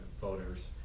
voters